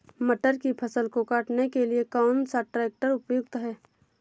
मटर की फसल को काटने के लिए कौन सा ट्रैक्टर उपयुक्त है?